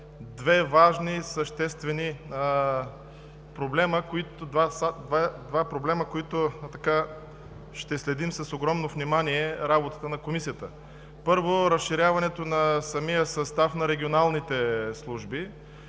проблема, които ще следим с огромно внимание в работата на Комисията. Първо, разширяването на състава на регионалните служби.